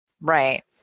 Right